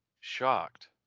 shocked